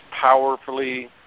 powerfully